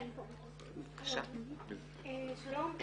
שלום.